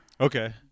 Okay